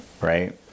Right